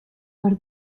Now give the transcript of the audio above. per